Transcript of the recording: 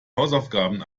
hausaufgaben